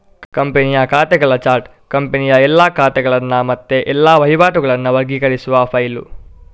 ಕಂಪನಿಯ ಖಾತೆಗಳ ಚಾರ್ಟ್ ಕಂಪನಿಯ ಎಲ್ಲಾ ಖಾತೆಗಳನ್ನ ಮತ್ತೆ ಎಲ್ಲಾ ವಹಿವಾಟುಗಳನ್ನ ವರ್ಗೀಕರಿಸುವ ಫೈಲು